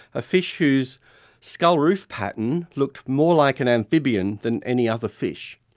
a fish whose skull roof pattern looked more like an amphibian than any other fish.